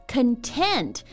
Content